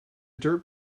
dirt